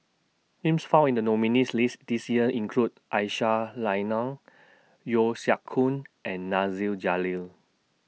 Names found in The nominees' list This Year include Aisyah Lyana Yeo Siak Goon and Nasir Jalil